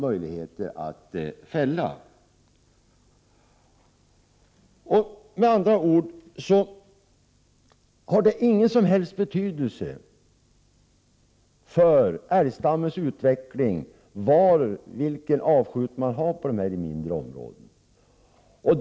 Med andra ord har det ingen som helst betydelse för älgstammens utveckling vilken avskjutning man har på dessa mindre områden.